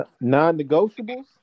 non-negotiables